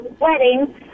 wedding